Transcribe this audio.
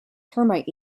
termite